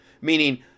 meaning